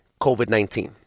COVID-19